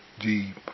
deep